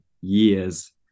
years